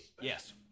Yes